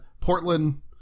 Portland-